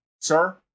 Sir